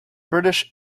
british